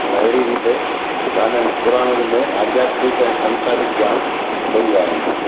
माना अहिड़ी रीते गाननि पुराणनि में आध्यात्मिक ऐं संसारिक ज्ञान ॿई आहे